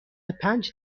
پنج